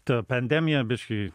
ta pandemija biškį